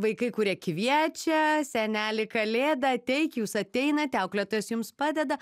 vaikai kurie kviečia seneli kalėda ateik jūs ateinate auklėtojos jums padeda